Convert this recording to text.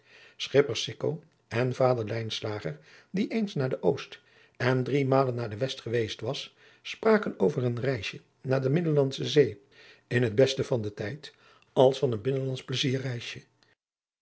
sikko en vader lijnslager die eens naar de oost en drie malen naar de west geweest was spraken over een reisje naar de middellandsche zee in het beste van den tijd als van een binnenlandsch